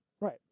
Right